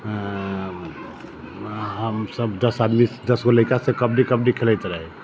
हमसभ दस आदमी दस गो लैकासभ कबड्डी कबड्डी खेलैत रही